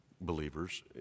believers